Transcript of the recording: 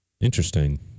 Interesting